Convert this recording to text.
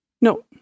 No